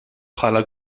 bħala